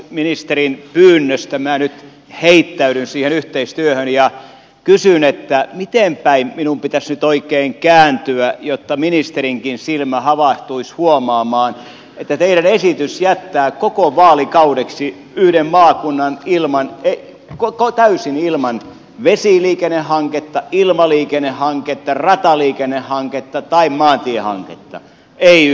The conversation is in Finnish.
ministerin pyynnöstä minä nyt heittäydyn siihen yhteistyöhön ja kysyn miten päin minun pitäisi nyt oikein kääntyä jotta ministerinkin silmä havahtuisi huomaamaan että teidän esityksenne jättää koko vaalikaudeksi yhden maakunnan täysin ilman vesiliikennehanketta ilmaliikennehanketta rataliikennehanketta tai maantiehanketta ei yhtään